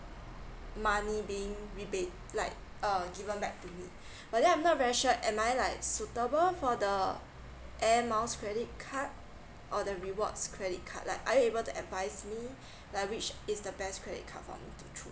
money being rebate like uh given back to me but then I'm not very sure am I like suitable for the air miles credit card or the rewards credit card like are you able to advise me like which is the best credit card for me to choose um